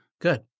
Good